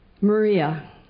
Maria